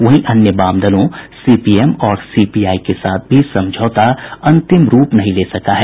वहीं अन्य वाम दलों सीपीएम और सीपीआई के साथ भी समझौता अंतिम रूप नहीं ले सका है